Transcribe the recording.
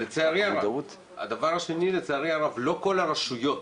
לצערי הרב לא כל הרשויות